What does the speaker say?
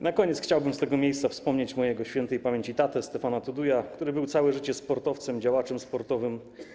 Na koniec chciałbym z tego miejsca wspomnieć mojego śp. tatę Stefana Tuduja, który był całe życie sportowcem, działaczem sportowym.